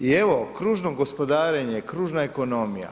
I evo kružno gospodarenje, kružna ekonomija.